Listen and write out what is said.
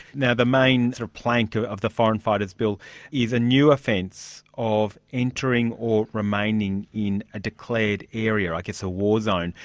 now, the main plank of of the foreign fighters bill is a new offence of entering or remaining in a declared area, i guess a war zone.